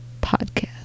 podcast